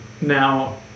Now